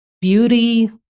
beauty